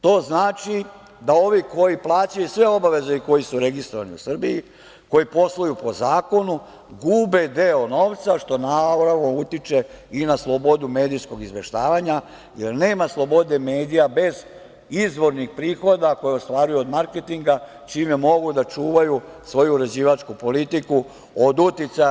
To znači da ovi koji plaćaju sve obaveze i koji su registrovani u Srbiji, koji posluju po zakonu, gube deo novca, što naravno utiče i na slobodu medijskog izveštavanja, jer nema slobode medija bez izvornih prihoda koje ostvaruju od marketinga, čime mogu da čuvaju svoju uređivačku politiku od uticaja.